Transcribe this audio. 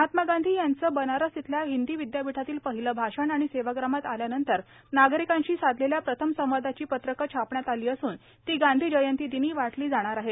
महात्मा गांधी यांचे बनारस इथल्या हिंदी विद्यापीठातील पहिले भाषण आणि सेवाग्रामात आल्यानंतर नागरिकांशी साधलेल्या प्रथम संवादाचे पत्रक छापण्यात आले असून ते गांधी जयंतीदिनी वाटले जाणार आहे